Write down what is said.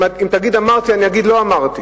אם תגיד שאמרתי, אגיד שלא אמרתי.